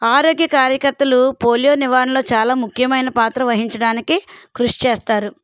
ఆరోగ్య కార్యకర్తలు పోలియో నివారణలో చాలా ముఖ్యమైన పాత్ర వహించడానికి కృషి చేస్తారు